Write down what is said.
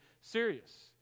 serious